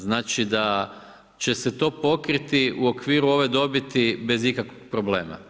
Znači da će se to pokriti u okviru ove dobiti bez ikakvog problema.